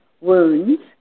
wounds